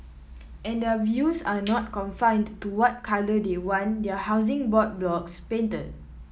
and their views are not confined to what colour they want their Housing Board blocks painted